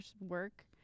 work